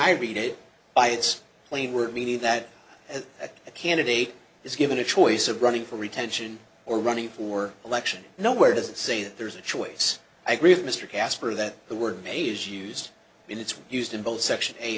i read it by its plain words meaning that as a candidate is given a choice of running for retention or running for election no where does it say that there is a choice i agree with mr casper that the word mase used in it's used in both section